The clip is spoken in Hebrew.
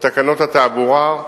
לתקנות התעבורה,